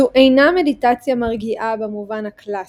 זו אינה מדיטציה מרגיעה במובן הקלאסי,